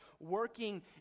working